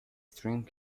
string